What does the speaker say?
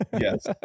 Yes